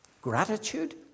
Gratitude